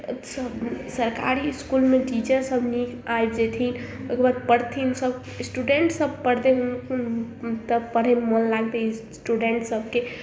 सरकारी इसकूलमे टीचर सब नीक आबि जेथिन ओकर बाद पढ़ेथिन सब स्टूडेंट्स सब पढ़तै तब पढ़यमे मोन लागतै स्टूडेंट्स सबके